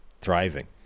thriving